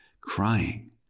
crying